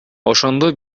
ошондо